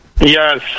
Yes